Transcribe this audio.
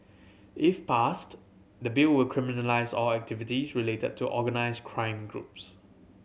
if passed the Bill will criminalise all activities related to organise crime groups